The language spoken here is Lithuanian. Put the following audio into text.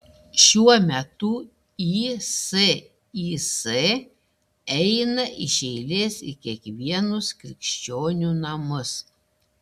šiuo metu isis eina iš eilės į kiekvienus krikščionių namus